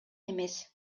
эмес